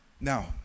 Now